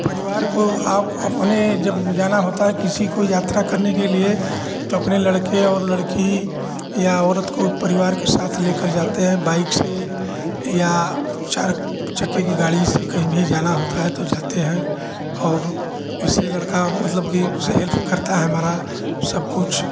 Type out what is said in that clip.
परिवार को आप अपने जब जाना होता है किसी को यात्रा करने के लिए तो अपने लड़के और लड़की या औरत को परिवार के साथ लेकर जाते हैं बाइक से या चार चक्के की गाड़ी से कहीं भी जाना होता है तो जाते हैं और इससे लड़का मतलब की उसे हेल्फ करता है हमारा सब कुछ